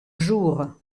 jour